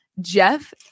Jeff